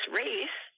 race